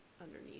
underneath